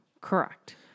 Correct